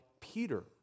Peter